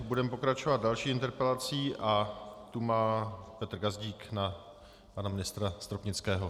Budeme pokračovat další interpelací a tu má Petr Gazdík na pana ministra Stropnického.